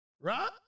Right